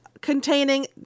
containing